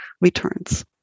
returns